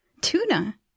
tuna